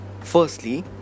firstly